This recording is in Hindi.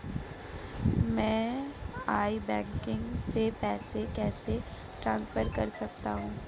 मैं ई बैंकिंग से पैसे कैसे ट्रांसफर कर सकता हूं?